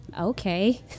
okay